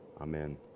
Amen